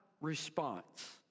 response